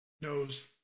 knows